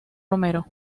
romero